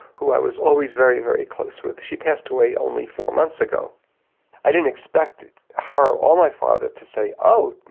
who i was always very very close with, with, she passed away only four months ago i didn't expect her, or my father, to say, oh,